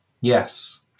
Yes